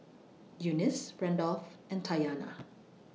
Eunice Randolf and Tatyana